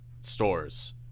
stores